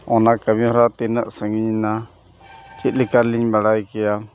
ᱚᱱᱟ ᱠᱟᱹᱢᱤ ᱦᱚᱨᱟ ᱛᱤᱱᱟᱹᱜ ᱥᱟᱹᱜᱤᱧ ᱮᱱᱟ ᱪᱮᱫ ᱞᱮᱠᱟ ᱨᱮᱞᱤᱧ ᱵᱟᱲᱟᱭ ᱠᱮᱭᱟ